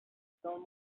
film